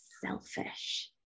selfish